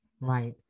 Right